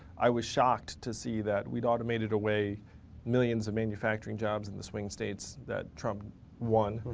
i was shocked to see that we'd automated away millions of manufacturing jobs in the swing states that trump won.